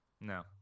No